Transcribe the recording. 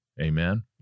Amen